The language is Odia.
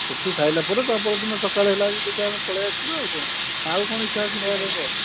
ସେଇଠୁ ଖାଇଲା ପରେ ତା'ପର ଦିନ ସକାଳେ ହେଲେ ଦେଖିବା ଆମେ ପଳାଇ ଆସିବା ଆଉ କ'ଣ ନା ଆଉ କ'ଣ ଇଚ୍ଛା ଅଛି ଖାଇବା ପାଇଁ କହ